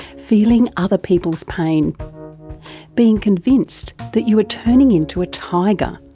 feeling other people's pain being convinced that you are turning into a tiger,